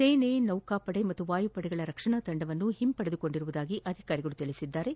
ಸೇನೆ ನೌಕಾಪಡೆ ಹಾಗೂ ವಾಯುಪಡೆಗಳ ರಕ್ಷಣಾ ತಂಡವನ್ನು ಹಿಂಪಡೆದುಕೊಂಡಿರುವುದಾಗಿ ಅಧಿಕಾರಿಗಳು ತಿಳಿಸಿದ್ದಾರೆ